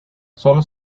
solo